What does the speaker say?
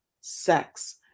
sex